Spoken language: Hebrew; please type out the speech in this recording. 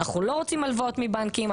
אנחנו לא רוצים הלוואות מבנקים,